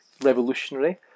revolutionary